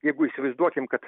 jeigu įsivaizduokim kad